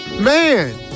man